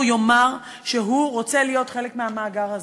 יאמר שהוא רוצה להיות חלק מהמאגר הזה.